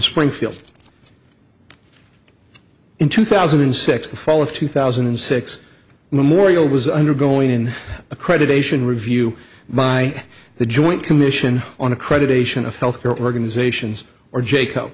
springfield in two thousand and six the fall of two thousand and six memorial was undergoing an accreditation review by the joint commission on accreditation of healthcare organizations or jayco